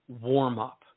warm-up